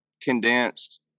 condensed